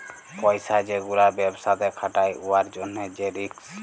পইসা যে গুলা ব্যবসাতে খাটায় উয়ার জ্যনহে যে রিস্ক